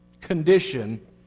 condition